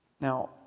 Now